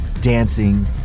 dancing